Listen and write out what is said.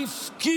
היא הצילה אותם.